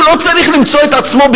הוא לא צריך למצוא את עצמו,